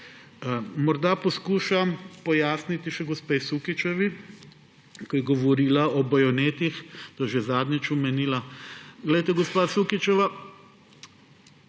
Morda poskušam pojasniti še gospe Sukičevi, ki je govorila o bajonetih, to je že zadnjič omenila. Glejte, gospa Sukičeva,